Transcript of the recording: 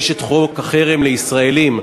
יש חוק החרם לישראלים,